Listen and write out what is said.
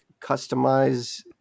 customize